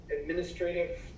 administrative